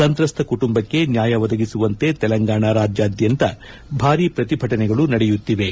ಸಂತ್ರಸ್ತ ಕುಟುಂಬಕ್ಕೆ ನ್ಯಾಯ ಒದಗಿಸುವಂತೆ ತೆಲಂಗಾಣ ರಾಜ್ಯದ್ಯಂತ ಭಾರಿ ಪ್ರತಿಭಟನೆಗಳು ನಡೆಯುತ್ತಿವೆ